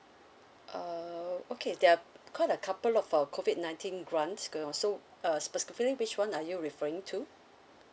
err okay there are quite a couple of our COVID nineteen grants going on so err specifically which one are you referring to